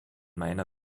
meiner